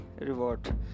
reward